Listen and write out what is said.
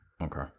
Okay